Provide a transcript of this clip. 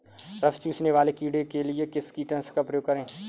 रस चूसने वाले कीड़े के लिए किस कीटनाशक का प्रयोग करें?